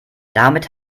damit